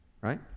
right